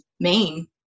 Maine